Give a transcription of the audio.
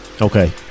Okay